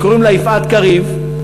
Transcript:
שקוראים לה יפעת קריב,